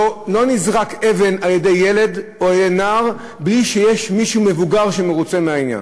לא נזרקת אבן על-ידי ילד או נער בלי שיש מישהו מבוגר שמרוצה מהעניין.